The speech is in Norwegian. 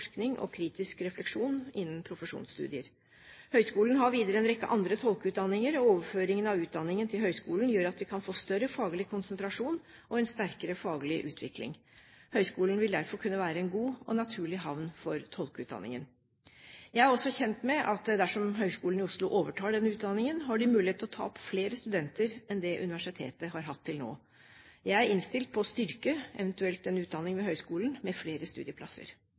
og kritisk refleksjon innen profesjonsstudier. Høgskolen har videre en rekke andre tolkeutdanninger, og overføringen av utdanningen til høgskolen gjør at vi kan få større faglig konsentrasjon og en sterkere faglig utvikling. Høgskolen vil derfor kunne være en god og naturlig havn for tolkeutdanningen. Jeg er også kjent med at dersom Høgskolen i Oslo overtar denne utdanningen, har de mulighet til å ta opp flere studenter enn det universitetet har hatt til nå. Jeg er innstilt på å styrke en eventuell utdanning ved høgskolen med flere studieplasser.